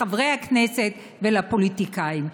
לחברי הכנסת ולפוליטיקאים.